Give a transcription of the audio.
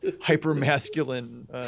hyper-masculine